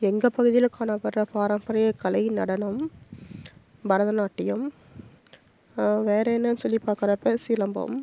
எங்கள் பகுதியில் காணப்படுற பாரம்பரிய கலை நடனம் பரதநாட்டியம் வேறு என்னென்னு சொல்லி பாக்கிறப்ப சிலம்பம்